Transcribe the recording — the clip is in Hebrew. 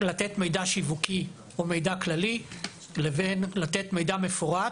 לתת מידע שיווקי או מידע כללי לבין לתת מידע מפורט,